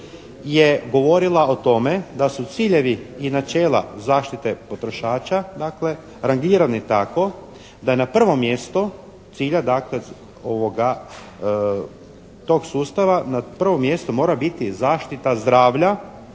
je govorila o tome da su ciljevi i načela zaštite potrošača dakle rangirano tako da je prvo mjesto cilja dakle ovoga, tog sustava na prvo mjesto mora biti zaštita zdravlja,